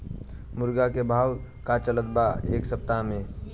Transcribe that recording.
मुर्गा के भाव का चलत बा एक सप्ताह से?